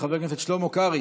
חבר הכנסת שלמה קרעי,